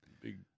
big